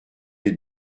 les